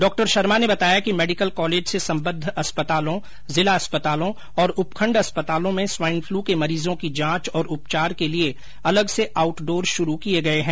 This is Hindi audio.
डॉ शर्मा ने बताया कि मेडिकल कॉलेज से सम्बद्ध अस्पतालों जिला अस्पतालों और उपखंड अस्पतालों में स्वाईन फ्लू के मरीजों की जांच और उपचार के लिये अलग से आउटडोर शुरू किये गये हैं